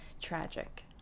tragic